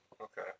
okay